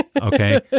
Okay